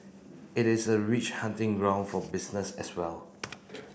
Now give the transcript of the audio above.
it is a rich hunting ground for business as well